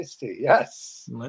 Yes